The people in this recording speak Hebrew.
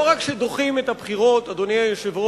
לא רק שדוחים את הבחירות, אדוני היושב-ראש,